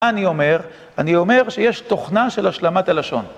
מה אני אומר? אני אומר שיש תוכנה של השלמת הלשון.